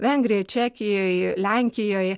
vengrijoj čekijoj lenkijoj